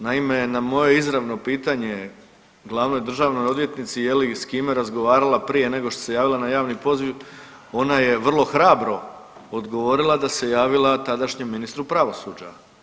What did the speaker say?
Naime, na moje izravno pitanje glavnoj državnoj odvjetnici je li i s kime razgovarala prije nego što je javila na javni poziv ona je vrlo hrabro odgovorila da se javila tadašnjem ministru pravosuđa.